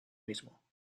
mismo